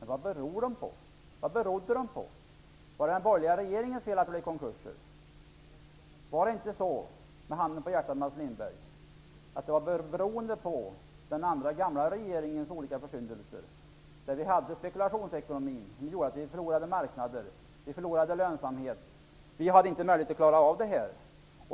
Men vad berodde de på? Var konkurserna den borgerliga regeringens fel? Med handen på hjärtat, Mats Lindberg, var det inte så, att de berodde på den gamla regeringens olika försyndelser? Spekulationsekonomin gjorde att vi förlorade marknader och lönsamhet. Det fanns inte möjlighet att klara av detta.